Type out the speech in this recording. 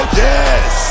yes